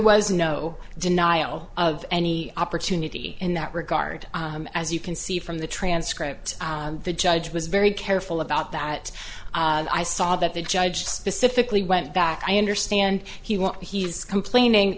was no denial of any opportunity in that regard as you can see from the transcript the judge was very careful about that i saw that they do specifically went back i understand he went he's complaining